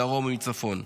מדרום ומצפון,